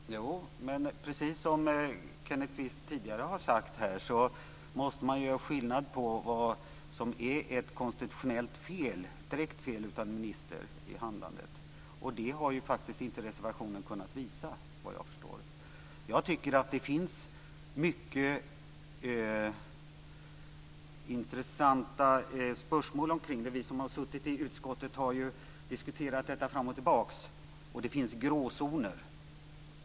Fru talman! Precis som Kenneth Kvist tidigare här har sagt måste man göra skillnad på vad som är ett direkt konstitutionellt fel i handlandet av en minister. Det har ju faktiskt inte reservationen kunnat visa, vad jag förstår. Jag tycker att det finns mycket intressanta spörsmål kring det. Vi som har suttit i utskottet har ju diskuterat detta fram och tillbaka, och det finns gråzoner.